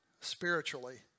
spiritually